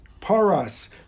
Paras